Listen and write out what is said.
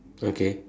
okay